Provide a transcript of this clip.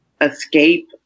escape